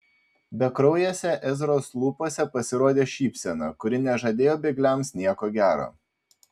bekraujėse ezros lūpose pasirodė šypsena kuri nežadėjo bėgliams nieko gero